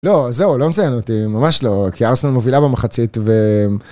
לא, זהו, לא מציינו אותי, ממש לא, כי ארסון מובילה במחצית ו...